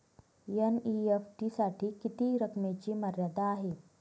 NEFT साठी किती रकमेची मर्यादा आहे?